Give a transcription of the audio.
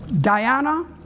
Diana